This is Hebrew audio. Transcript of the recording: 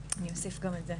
אני אוסיף גם את זה.